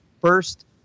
first